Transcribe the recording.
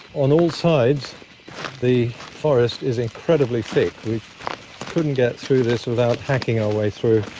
on all sides the forest is incredibly thick. we couldn't get through this without hacking our way through,